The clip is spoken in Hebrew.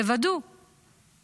תוודאו